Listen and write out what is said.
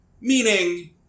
Meaning